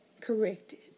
corrected